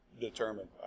determined